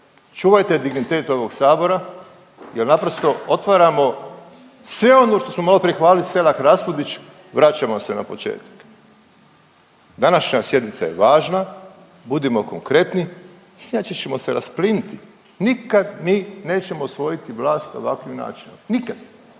čuvajte dignitet ovog Sabora jer naprosto otvaramo sve ono što smo malo prije hvalili Selak-Raspudić vraćamo se na početak. Današnja sjednica je važna, budimo konkretni inače ćemo se raspliniti. Nikad nećemo osvojiti vlast ovakvim načinom, nikad,